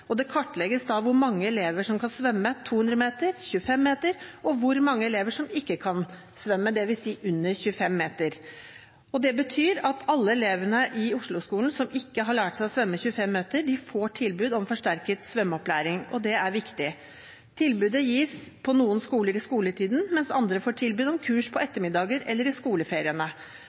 Det kartlegges da hvor mange elever som kan svømme 200 meter, eller 25 meter, og hvor mange elever som ikke kan svømme – dvs. under 25 meter. Det betyr at alle elevene i Osloskolen som ikke har lært å svømme 25 meter, får tilbud om forsterket svømmeopplæring, og det er viktig. Tilbudet gis på noen skoler i skoletiden, mens andre får tilbud om kurs på ettermiddager eller i skoleferiene.